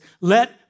Let